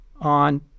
on